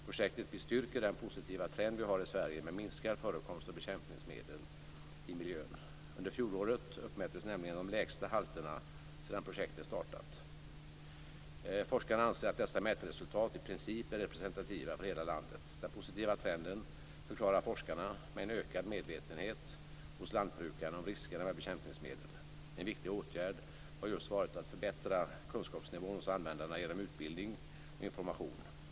Projektet bestyrker den positiva trend som vi har i Sverige med minskad förekomst av bekämpningsmedel i miljön. Under fjolåret uppmättes nämligen de lägsta halterna sedan projektets start. Forskarna anser att dessa mätresultat i princip är representativa för hela landet. Den positiva trenden förklarar forskarna med en ökad medvetenhet hos lantbrukarna om riskerna med bekämpningsmedel. En viktig åtgärd har just varit att förbättra kunskapsnivån hos användarna genom utbildning och information.